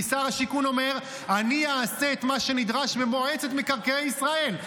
כי שר השיכון אומר: אני אעשה את מה שנדרש במועצת מקרקעי ישראל.